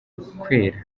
kwera